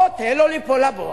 או תן לו ליפול לבור,